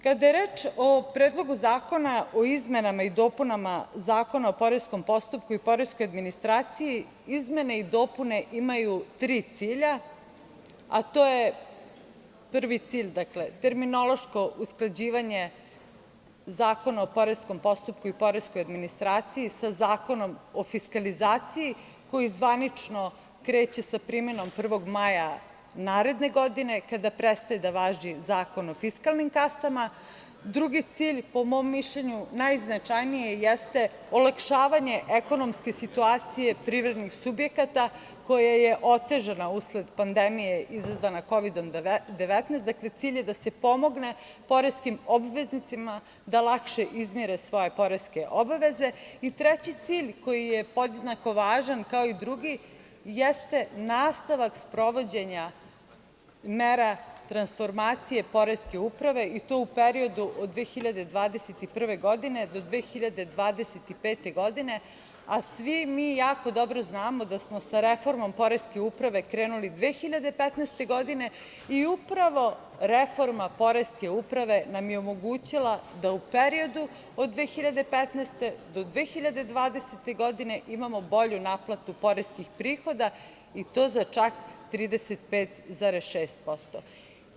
Kada je reč o Predlogu zakona o izmenama i dopunama Zakona o poreskom postupku i poreskoj administraciji izmene i dopune imaju tri cilja, a to je, prvi cilj – terminološko usklađivanje Zakona o poreskom postupku i poreskoj administraciji sa Zakonom o fiskalizaciji, koji zvanično kreće sa primenom 1. maja naredne godine, kada prestaje da važi Zakon o fiskalnim kasama; drugi cilj, po mom mišljenju najznačajniji, jeste – olakšavanje ekonomske situacije privrednih subjekata koja je otežana usled pandemije izazvana Kovidom 19, dakle, cilj je da se pomogne poreskim obveznicima da lakše izmire svoje poreske obaveze i, treći cilj, koji je podjednako važan kao i drugi, jeste – nastavak sprovođenja mera transformacije poreske uprave i to u periodu od 2021. do 2025. godine, a svi mi jako dobro znamo da smo sa reformom poreske uprave krenuli 2015. godine i upravo reforma poreske uprave nam je omogućila da u periodu od 2015. do 2020. godine imamo bolju naplatu poreskih prihoda i to za čak 35,6%